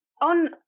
on